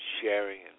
sharing